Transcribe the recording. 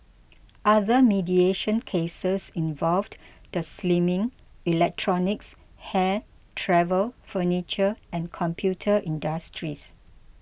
other mediation cases involved the slimming electronics hair travel furniture and computer industries